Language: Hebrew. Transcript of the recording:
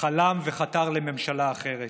חלם וחתר לממשלה אחרת.